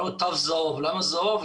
למה זהוב?